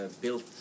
built